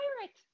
pirate